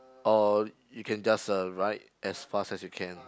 or you can just uh ride as fast as you can